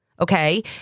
okay